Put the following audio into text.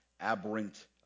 aberrant